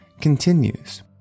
continues